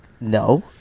No